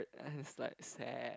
that is like sad